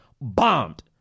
bombed